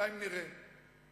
"בינתיים נראה".